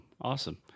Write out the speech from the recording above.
Awesome